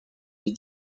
des